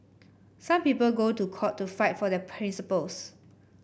some people go to court to fight for their principles